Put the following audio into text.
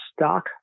stock